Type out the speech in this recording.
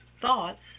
thoughts